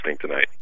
tonight